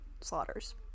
Slaughters